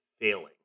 failing